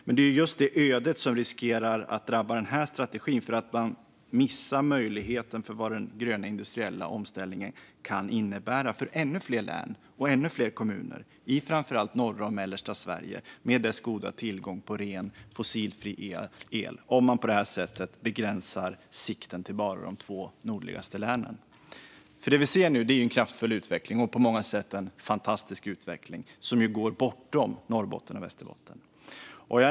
Men just det ödet riskerar att drabba denna strategi eftersom man missar vilka möjligheter den gröna industriella omställningen kan innebära för ännu fler län och kommuner i framför allt norra och mellersta Sverige med god tillgång på ren, fossilfri el om man på detta sätt begränsar sikten till bara de två nordligaste länen. Det vi ser är en kraftfull och på många sätt fantastisk utveckling som går bortom Norrbotten och Västerbotten.